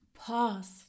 pause